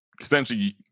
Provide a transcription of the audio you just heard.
Essentially